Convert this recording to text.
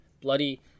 Bloody